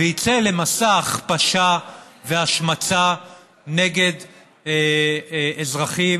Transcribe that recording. ויצא למסע הכפשה והשמצה נגד אזרחים,